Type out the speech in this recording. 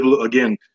again